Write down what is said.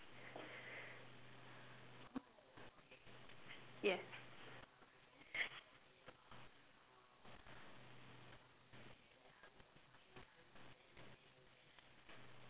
what yeah